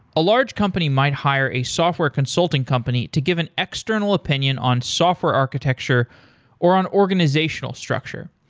a large company might hire a software consulting company to give an external opinion on software architecture or on organizational structure.